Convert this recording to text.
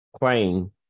claim